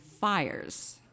fires